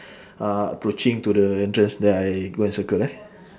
uh approaching to the entrance there I go and circle eh